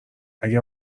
اگه